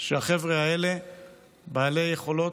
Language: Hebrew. שהחבר'ה האלה בעלי יכולות,